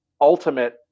ultimate